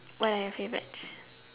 what are your favorites